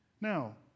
Now